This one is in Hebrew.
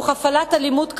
תוך הפעלת אלימות קשה.